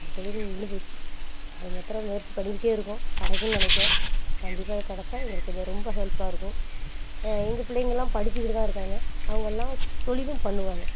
இப்போ அந்த தொழில் நின்றுப் போச்சு அது மாத்திரம் முயற்சி பண்ணிக்கிட்டே இருக்கோம் கிடைக்கும்னு நினைக்கிறேன் கண்டிப்பாக கெடைச்சா எங்களுக்கு கொஞ்சம் ரொம்ப ஹெல்ப்பாக இருக்கும் எங்கள் பிள்ளைங்கள்லாம் படித்துக்கிட்டு தான் இருக்காங்க அவங்கள்லாம் தொழிலும் பண்ணுவாங்க